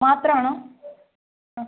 മാത്രം ആണോ ആ